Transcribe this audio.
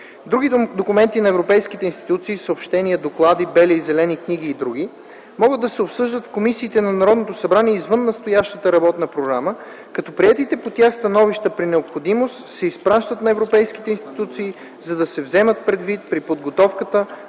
Други документи на европейските институции - съобщения, доклади, бели и зелени книги и други, могат да се обсъждат в комисиите на Народното събрание извън настоящата работна програма, като приетите по тях становища, при необходимост се изпращат на европейските институции, за да се вземат предвид при подготовката